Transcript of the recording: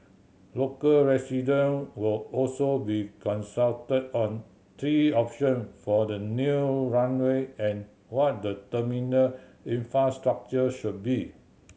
local resident will also be consulted on three option for the new runway and what the terminal infrastructure should be